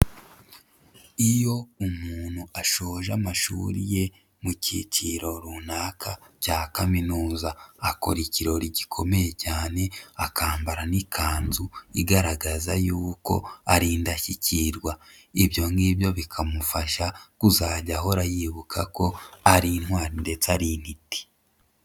Iyo umuntu ashoje amashuri ye mu cyiciro runaka cya kaminuza, akora ikirori gikomeye cyane akambara n'ikanzu igaragaza yuko ari indashyikirwa, ibyo ngibyo bikamufasha kuzajya ahora yibuka ko ari intwari ndetse ari intiti.